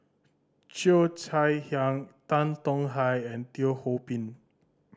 Cheo Chai Hiang Tan Tong Hye and Teo Ho Pin